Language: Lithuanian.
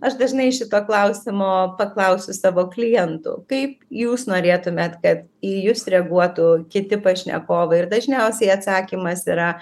aš dažnai šito klausimo paklausiu savo klientų kaip jūs norėtumėt kad į jus reaguotų kiti pašnekovai ir dažniausiai atsakymas yra